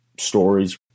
stories